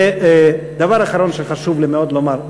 דבר אחרון שחשוב לי מאוד לומר,